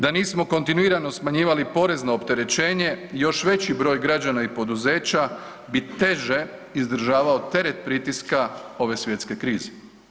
Da nismo kontinuirano smanjivali porezno opterećenje, još veći broj građana i poduzeća bi teže izdržavao teret pritiska ove svjetske krize.